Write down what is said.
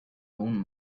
own